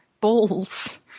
balls